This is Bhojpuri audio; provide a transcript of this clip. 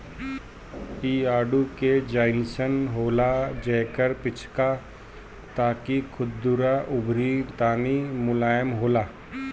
इ आडू के जइसन होला जेकर छिलका तनी खुरदुरा अउरी तनी मुलायम होला